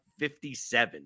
57